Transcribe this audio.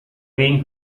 being